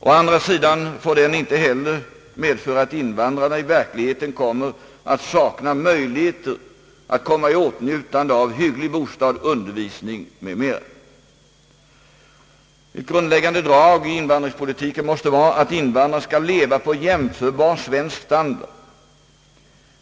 Å andra sidan får den inte heller medföra att invandrarna i verkligheten kommer att sakna möjligheter att åtnjuta en hygglig bostad, undervisning m.m. Ett grundläggande drag i invandringspolitiken måste vara att invandrarna skall leva på med den svenska jämförbar standard.